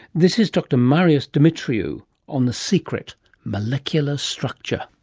this is dr marios demetriou on the secret molecular structure.